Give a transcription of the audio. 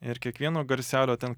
ir kiekvieno garselio ten